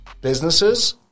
businesses